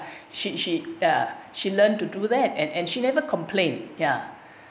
she she uh she learned to do that and and she never complain ya